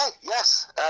yes